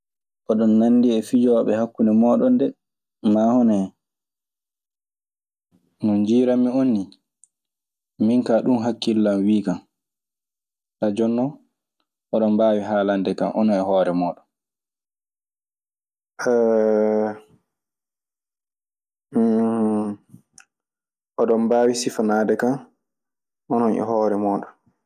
"Oɗon nanndi e fijjoɓɗe hakkunde mooɗon de, naa hono hen? No njiiran mi on nii min kaa ɗun hakkille an wii kan. Kaa jooni non, oɗon mbaawi haalande kan, onon e hoore mooɗon." ondon mbaawi sifanaadekam onon e hooremoondon.